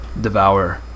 devour